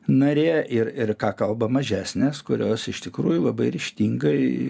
narė ir ir ką kalba mažesnės kurios iš tikrųjų labai ryžtingai